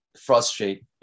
frustrate